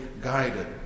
guided